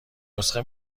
نسخه